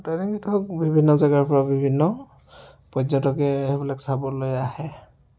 তেনেকে ধৰক বিভিন্ন জেগাৰ পৰা বিভিন্ন পৰ্য্যতকে সেইবিলাক চাবলৈ আহে